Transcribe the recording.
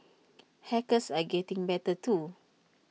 hackers are getting better too